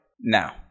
now